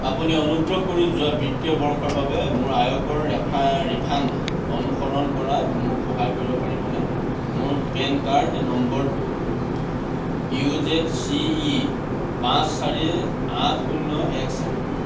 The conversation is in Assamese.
আপুনি অনুগ্ৰহ কৰি যোৱা বিত্তীয় বৰ্ষৰ বাবে মোৰ আয়কৰ ৰিফাণ্ড অনুসৰণ কৰাত মোক সহায় কৰিব পাৰিবনে মোৰ পেন কাৰ্ড নম্বৰটো ইউ জেদ চি ই পাঁচ চাৰি আঠ শূন্য এক চাৰি